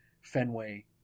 Fenway